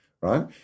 Right